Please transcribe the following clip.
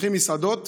פותחים מסעדות,